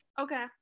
okay